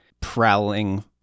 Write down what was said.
prowling